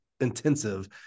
intensive